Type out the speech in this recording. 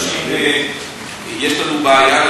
יש לנו בעיה,